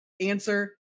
answer